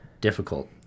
difficult